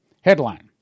Headline